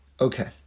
Okay